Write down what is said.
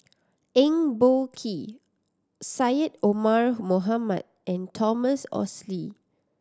Eng Boh Kee Syed Omar Mohamed and Thomas Oxley